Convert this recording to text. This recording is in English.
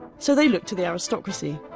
so they looked to the aristocracy,